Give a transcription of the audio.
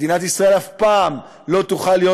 מדינת ישראל אף פעם לא תוכל להיות